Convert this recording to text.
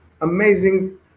amazing